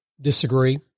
Disagree